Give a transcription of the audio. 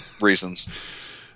reasons